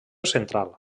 central